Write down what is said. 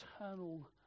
eternal